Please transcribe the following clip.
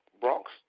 Bronx